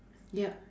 yup